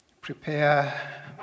prepare